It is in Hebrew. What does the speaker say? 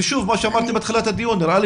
וכמו שאמרתי בתחילת הדיון - נראה לי